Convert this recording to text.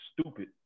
stupid